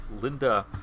linda